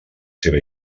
seva